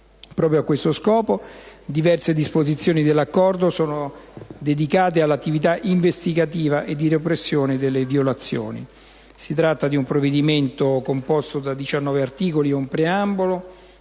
Proprio a questo scopo diverse disposizioni dell'Accordo sono dedicate all'attività investigativa e di repressione delle violazioni. Si tratta di un provvedimento, composto da 19 articoli e un preambolo,